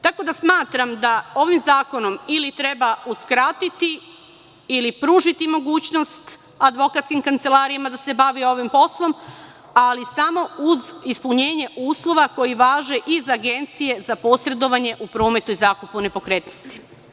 Tako da smatram da ovim zakonom ili treba uskratiti, ili pružiti mogućnost advokatskim kancelarijama da se bave ovim poslom, ali samo uz ispunjenje uslova koji važe i za agencije za posredovanje u prometu i zakupu nepokretnosti.